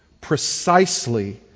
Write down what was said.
precisely